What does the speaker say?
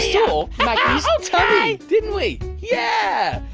yeah oh didn't we? yeah!